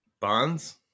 Bonds